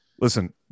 listen